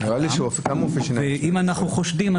ואם אנחנו חושדים,